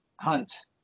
hunt